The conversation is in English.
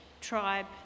tribe